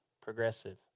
progressive